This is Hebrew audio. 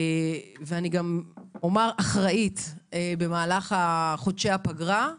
ואני גם אומר אחראית, במהלך חודשי הפגרה.